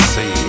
See